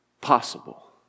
possible